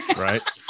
Right